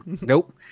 nope